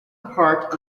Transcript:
part